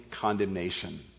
condemnation